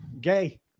gay